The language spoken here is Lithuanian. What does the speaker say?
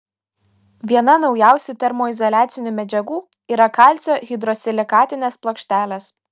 viena naujausių termoizoliacinių medžiagų yra kalcio hidrosilikatinės plokštės